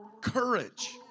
courage